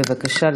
בבקשה.